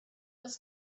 must